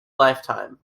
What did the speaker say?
lifetime